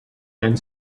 and